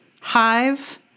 Hive